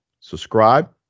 subscribe